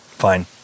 fine